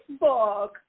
Facebook